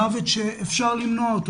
מוות שאפשר למנוע,